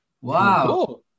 Wow